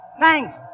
Thanks